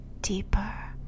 deeper